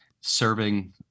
serving